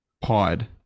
pod